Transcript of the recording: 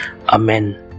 Amen